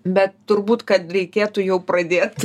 bet turbūt kad reikėtų jau pradėt